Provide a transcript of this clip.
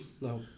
No